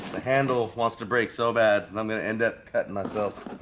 the handle wants to break so bad. and i'm gonna end up cutting myself